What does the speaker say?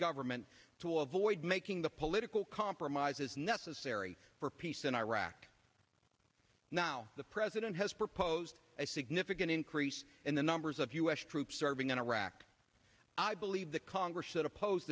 government to avoid making the political compromises necessary for peace in iraq now the president has proposed a significant increase in the numbers of u s troops serving in iraq i believe the congress should oppose